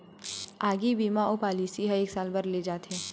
आगी बीमा अउ पॉलिसी ह एक साल बर ले जाथे